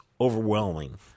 overwhelming